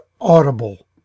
Audible